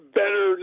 better